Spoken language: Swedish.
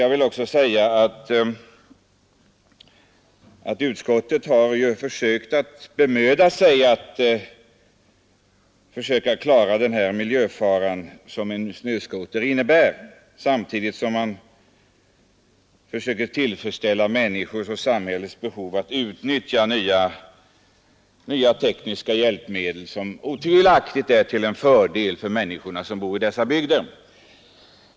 Jag vill också säga att utskottet bemödat sig om att försöka avvärja den miljöfara som snöskotrarna innebär — samtidigt som utskottet försöker tillfredsställa människornas och samhällets behov av att utnyttja nya tekniska hjälpmedel, som otvivelaktigt är till fördel för de människor som bor i dessa bygder.